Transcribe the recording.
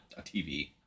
TV